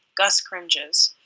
gus cringes.